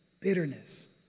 bitterness